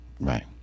Right